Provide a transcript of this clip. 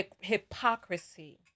hypocrisy